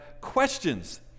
questions